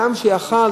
הגם שהיה יכול,